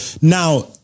Now